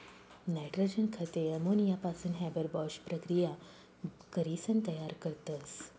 nitrogen खते अमोनियापासून Haber Bosch प्रकिया करीसन तयार करतस